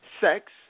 sex